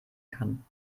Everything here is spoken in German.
kann